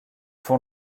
font